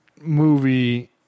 movie